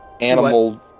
animal